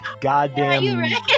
goddamn